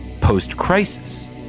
post-crisis